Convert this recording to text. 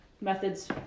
methods